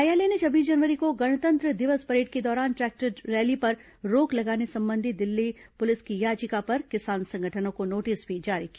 न्यायालय ने छब्बीस जनवरी को गणतंत्र दिवस परेड के दौरान ट्रैक्टर रैली पर रोक लगाने संबंधी दिल्ली पुलिस की याचिका पर किसान संगठनों को नोटिस भी जारी किया